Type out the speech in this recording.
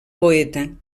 poeta